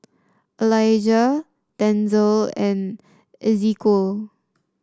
Alijah Denzel and Ezequiel